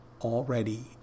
already